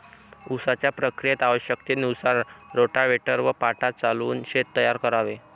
उसाच्या प्रक्रियेत आवश्यकतेनुसार रोटाव्हेटर व पाटा चालवून शेत तयार करावे